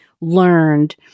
learned